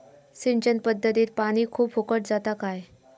सिंचन पध्दतीत पानी खूप फुकट जाता काय?